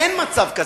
אין מצב כזה.